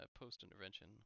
post-intervention